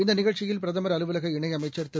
இந்தநிகழ்ச்சியில் பிரதமர் அலுவலக இணையமைச்சர் திரு